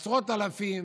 בעשרות אלפיהם,